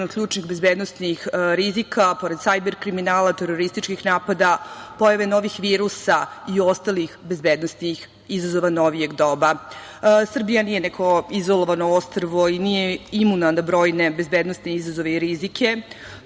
od ključnih bezbednosnih rizika, pored sajber kriminala, terorističkih napada, pojave novih virusa i ostalih bezbednosnih izazova novijeg doba. Srbija nije neko izolovano ostrvo i nije imuna na brojne bezbednosne izazove i rizike.